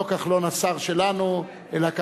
לא כחלון, השר שלנו, אלא כחלון,